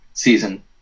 season